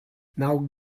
now